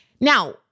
Now